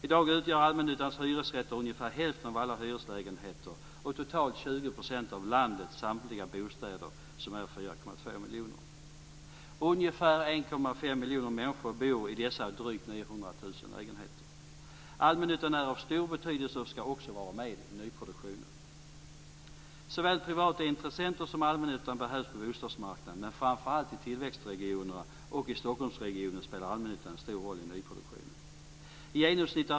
I dag utgör allmännyttans hyresrätter ungefär häften av alla hyreslägenheter och totalt 20 % av landets samtliga bostäder, som är 4,2 miljoner. Ungefär 1,5 miljoner människor bor i dessa drygt 900 000 lägenheter. Allmännyttan är av stor betydelse och ska också vara med i nyproduktionen. Såväl privata intressenter som allmännyttan behövs på bostadsmarknaden, men framför allt i tillväxtregionerna och i Stockholmsregionen spelar allmännyttan en stor roll i nyproduktionen.